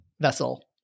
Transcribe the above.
vessel